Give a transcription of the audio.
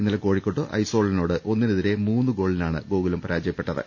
ഇന്നലെ കോഴിക്കോട്ട് ഐസ്വാളിനോട് ഒന്നിനെതിരെ മൂന്ന് ഗോളിനാണ് ഗോകുലം പരാജയപ്പെട്ടത്